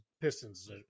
Pistons